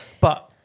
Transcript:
But-